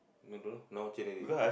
I don't know now change already